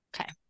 Okay